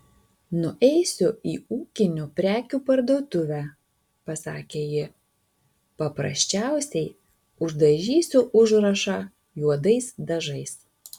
nueisiu į ūkinių prekių parduotuvę pasakė ji paprasčiausiai uždažysiu užrašą juodais dažais